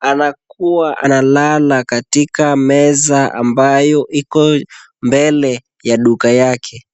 Anakuwa analala katika meza ambayo iko mbele ya duka yake.